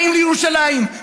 באים לירושלים,